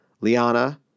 Liana